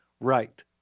right